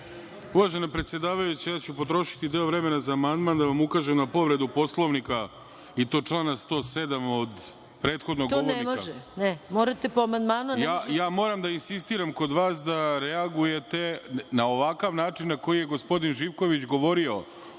Uvažena predsedavajuća, ja ću potrošiti deo vremena za amandman, da vam ukažem na povredu Poslovnika i to člana 107. od prethodnog … **Maja Gojković** To ne može. Morate po amandmanu. **Đorđe Komlenski** Moram da insistiram kod vas da reagujete na ovakav način na koji je gospodin Živković govorio